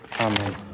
Amen